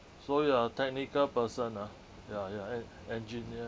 so you are a technical person ah ya ya en~ engineer